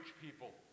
people